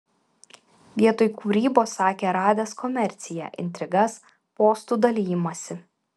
vietoj kūrybos sakė radęs komerciją intrigas postų dalijimąsi